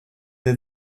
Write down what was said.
the